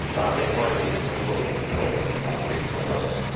and, finally, there's no global control at the operational level.